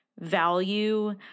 value